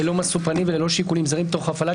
ללא משוא פנים וללא שיקולים זרים תוך הפעלת